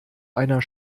einer